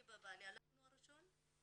אני ובעלי הלכנו הראשונים,